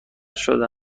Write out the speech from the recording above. شده